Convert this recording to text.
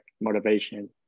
motivation